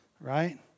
Right